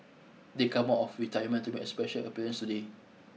they come of retirement to make a special appearance today